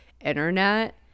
internet